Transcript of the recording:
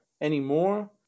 anymore